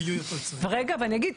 ואני אגיד,